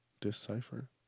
Decipher